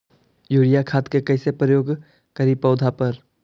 Urea खाद के कैसे प्रयोग करि पौधा पर?